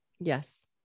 Yes